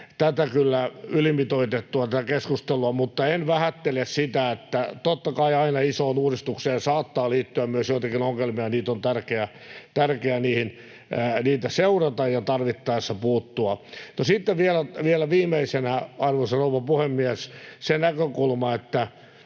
tätä keskustelua kyllä ylimitoitettuna, mutta en vähättele sitä, että totta kai aina isoon uudistukseen saattaa liittyä myös joitakin ongelmia. Niitä on tärkeää seurata, ja on tärkeää tarvittaessa puuttua niihin. No, sitten vielä viimeisenä, arvoisa rouva puhemies, se näkökulma, että